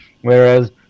whereas